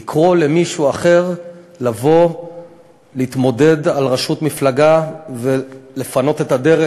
לקרוא למישהו אחר לבוא להתמודד על ראשות מפלגה ולפנות את הדרך,